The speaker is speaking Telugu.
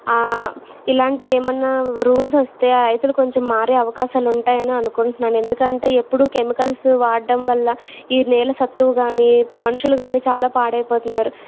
ఇలాంటి ఏమన్నా రూల్స్ వస్తే అయితే కొంచెం మారే అవకాశాలుంటాయని అనుకుంటున్నాను ఎందుకంటే ఎప్పుడు కెమికల్స్ వాడ్డం వల్ల ఈ నెల సత్తువు కానీ మనుషులు గాని చాలా పాడైపోతున్నారు